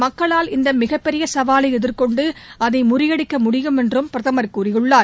மக்களால் இந்தமிகப் பெரியசவாலைஎதிர்கொண்டுஅதைமுறியடிக்க முடியும் என்றும் பிரதமர் கூறியுள்ளார்